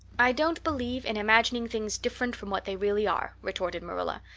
i don't believe in imagining things different from what they really are, retorted marilla.